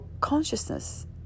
consciousness